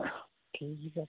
ᱴᱷᱤᱠ ᱜᱮᱭᱟ